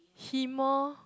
him orh